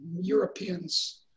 Europeans